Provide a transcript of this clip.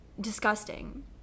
disgusting